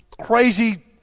Crazy